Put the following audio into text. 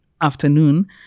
afternoon